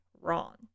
wrong